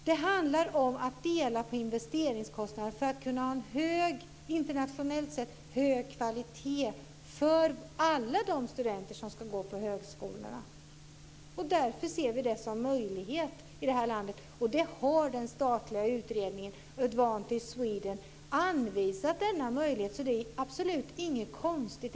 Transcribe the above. Det handlar om att dela på investeringskostnaderna för att kunna ha en internationellt sett hög kvalitet för alla de studenter som ska gå på högskolorna. Därför ser vi detta som en möjlighet i det här landet. Den statliga utredningen Advantage Sweden har anvisat denna möjlighet. Det är absolut inget konstigt.